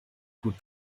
gut